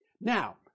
Now